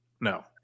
No